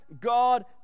God